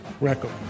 Record